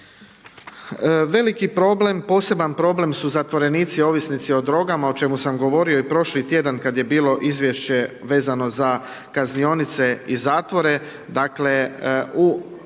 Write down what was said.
Veliki problem, poseban problem su zatvorenici, ovisnici o drogama, o čemu sam govorio prošli tjedan, kada je bilo izvješće vezano za kaznionice i zatvore.